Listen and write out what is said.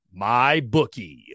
MyBookie